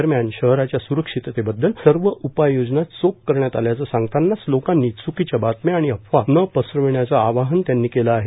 दरम्यान शहराच्या स्रक्षिततेबद्दल सर्व उपाययोजना चोख करण्यात आल्याचं सांगतांनाच लोकांनी च्कीच्या बातम्या आणि अफवा न पसरविण्याचं आवाहन त्यांनी केलं आहे